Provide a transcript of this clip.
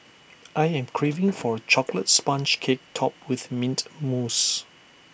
I am craving for A Chocolate Sponge Cake Topped with Mint Mousse